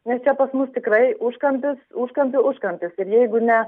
nes čia pas mus tikrai užkampis užkampių užkampis ir jeigu ne